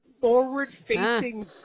forward-facing